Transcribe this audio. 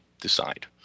decide